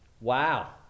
Wow